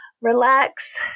relax